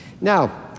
Now